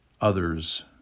others